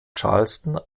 charleston